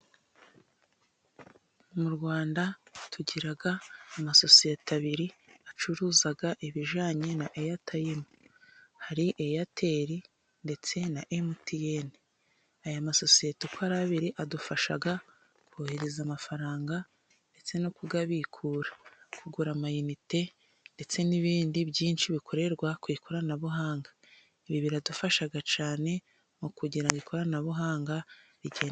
Mu rwanda tugira amasosiyete abiri acuruza ibijyanye na eyatime, hari eyateri ndetse na emutiyene, aya masosiyete uko ari abiri adufasha kohereza amafaranga ndetse no kuyabikura, kugura amayinite ndetse n'ibindi byinshi bikorerwa ku ikoranabuhanga, ibi biradufasha cyane mu kugira ikoranabuhanga rigende neza.